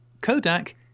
Kodak